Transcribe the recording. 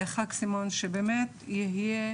ח"כ סימון, שבאמת יהיה